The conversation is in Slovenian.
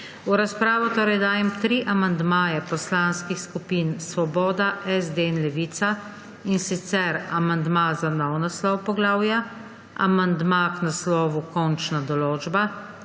V razpravo dajem tri amandmaje poslanskih skupin Svoboda, SD in Levica, in sicer amandma za nov naslov poglavja, amandma k naslovu Končna določba